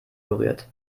berührt